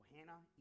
Hannah